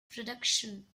production